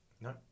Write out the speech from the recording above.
No